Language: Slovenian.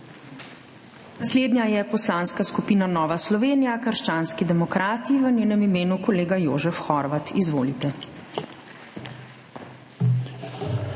Naslednja je Poslanska skupina Nova Slovenija – krščanski demokrati, v njenem imenu kolega Jožef Horvat. Izvolite.